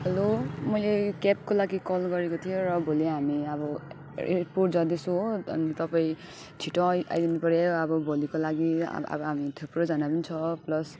हलो मैले क्याबको लागि कल गरेको थिएँ र भोलि हामी अब एयरपोर्ट जाँदैछु हो अनि तपाईँ छिटो आई आइदिनुपऱ्यो अब भोलिको लागि अब अब हामी थुप्रोजना पनि छ प्लस